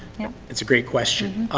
that's a great question.